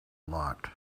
lot